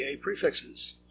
prefixes